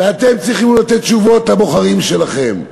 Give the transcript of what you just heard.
ואתם תצטרכו לתת תשובות לבוחרים שלכם.